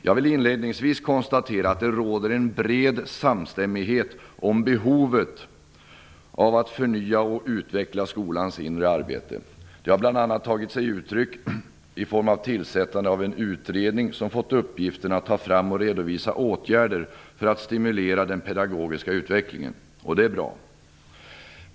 Jag vill inledningsvis konstatera att det råder en bred samstämmighet om behovet av att förnya och utveckla skolans inre arbete. Det har bl.a. tagit sig uttryck i form av tillsättandet av en utredning som fått uppgiften att ta fram och redovisa åtgärder för att stimulera den pedagogiska utvecklingen, och det är bra.